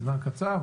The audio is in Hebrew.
בבקשה.